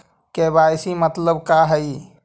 KYC के मतलब का हई?